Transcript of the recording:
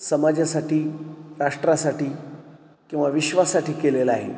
समाजासाठी राष्ट्रासाठी किंवा विश्वासाठी केलेला आहे